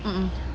mmhmm